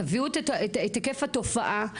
תביאו את היקף התופעה,